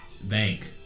bank